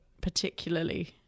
particularly